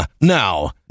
now